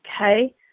okay